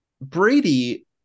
Brady